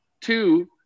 Two